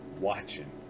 watching